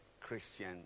Christian